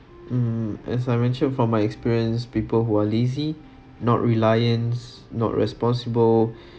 mm as I mentioned from my experience people who are lazy not reliance not responsible